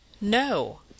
No